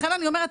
לכן אני אומרת,